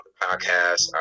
podcast